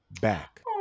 back